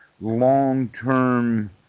long-term